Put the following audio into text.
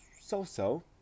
so-so